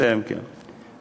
אני מסיים, כן.